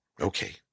Okay